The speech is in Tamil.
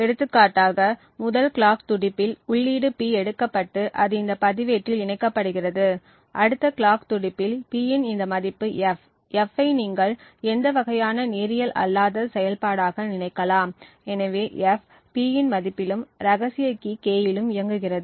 எடுத்துக்காட்டாக முதல் கிளாக் துடிப்பில் உள்ளீடு P எடுக்கப்பட்டு அது இந்த பதிவேட்டில் இணைக்கப்படுகிறது அடுத்த கிளாக் துடிப்பில் P இன் இந்த மதிப்பு F F ஐ நீங்கள் எந்த வகையான நேரியல் அல்லாத செயல்பாடாக நினைக்கலாம் எனவே F P இன் மதிப்பிலும் ரகசிய கீ K யிலும் இயங்குகிறது